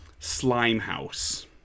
Slimehouse